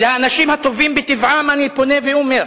אל האנשים הטובים מטבעם אני פונה ואומר: